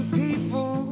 people